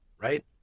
right